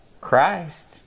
Christ